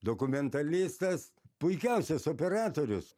dokumentalistas puikiausias operatorius